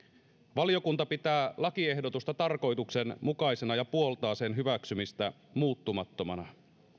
valiokunta pitää lakiehdotusta tarkoituksenmukaisena ja puoltaa sen hyväksymistä muuttamattomana